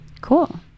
Cool